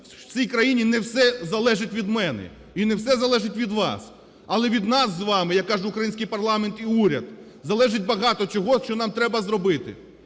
в цій країні не все залежить від мене і не все залежить від вас, але від нас з вами, як каже український парламент і уряд, залежить багато чого, що нам треба зробити.